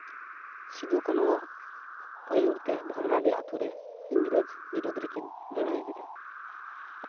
ᱥᱤᱫᱩ ᱠᱟᱹᱱᱩᱣᱟᱜ ᱟᱹᱭᱩᱨ ᱛᱮ ᱵᱷᱚᱜᱽᱱᱟᱰᱤ ᱟᱛᱳᱨᱮ ᱤᱝᱨᱮᱡᱽ ᱵᱤᱨᱩᱫᱽ ᱨᱮᱠᱤᱱ ᱞᱟᱹᱲᱦᱟᱹᱭ ᱞᱮᱫᱟ